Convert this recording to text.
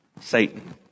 Satan